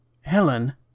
Helen